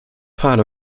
part